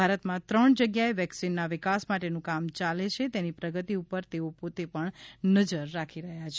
ભારતમાં ત્રણ જગ્યાએ વેક્સિનના વિકાસ માટેનું કામ ચાલે છે તેની પ્રગતિ ઉપર તેઓ પોતે નજર રાખી રહ્યા છે